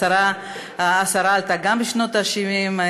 גם השרה עלתה בשנות ה-70.